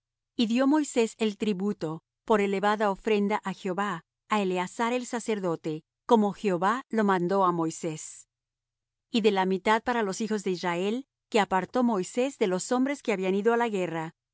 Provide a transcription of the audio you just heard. y dió moisés el tributo por elevada ofrenda á jehová á eleazar el sacerdote como jehová lo mandó á moisés y de la mitad para los hijos de israel que apartó moisés de los hombres que habían ido á la guerra la